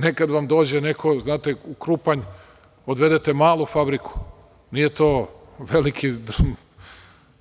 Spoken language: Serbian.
Nekad vam dođe neko, znate, u Krupanj, odvedete malu fabriku, nije to veliki